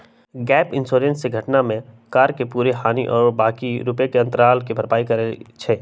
gap insurance से घटना में कार के पूरे हानि आ बाँकी रुपैया के अंतराल के भरपाई करइ छै